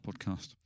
Podcast